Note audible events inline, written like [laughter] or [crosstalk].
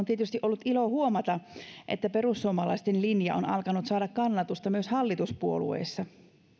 [unintelligible] tietysti ollut ilo huomata että perussuomalaisten linja on alkanut saada kannatusta myös hallituspuolueissa